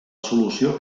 solució